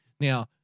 Now